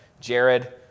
Jared